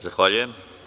Zahvaljujem.